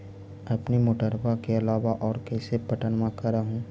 अपने मोटरबा के अलाबा और कैसे पट्टनमा कर हू?